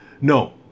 No